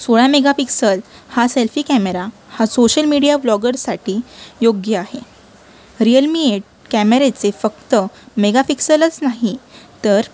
सोळा मेगापिक्सल हा selfie camera हा सोशल मिडिया ब्लॉगरसाठी योग्य आहे रियलमी एट कॅमेऱ्याचे फक्त मेगापिक्सलच नाही तर